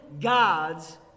gods